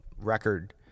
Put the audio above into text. record